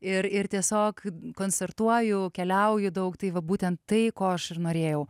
ir ir tiesiog koncertuoju keliauju daug tai va būtent tai ko aš ir norėjau